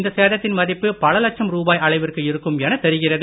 இந்த சேதத்தின் மதிப்பு பல லட்ச ரூபாய் அளவிற்கு இருக்கும் எனத் தெரிகிறது